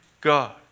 God